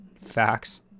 Facts